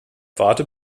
warte